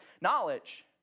knowledge